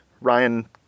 Ryan